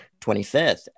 25th